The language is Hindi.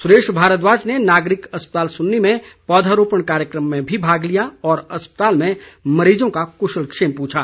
सुरेश भारद्वाज ने नागरिक अस्पताल सुन्नी में पौधरोपण कार्यक्रम में भी भाग लिया और अस्पताल में मरीजों का कुशलक्षेम पूछा